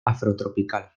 afrotropical